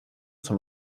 zum